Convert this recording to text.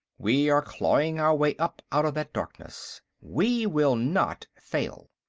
we are clawing our way up out of that darkness. we will not fail.